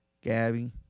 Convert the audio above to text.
Gabby